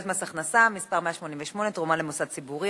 מס הכנסה (מס' 188) (תרומה למוסד ציבורי),